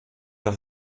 das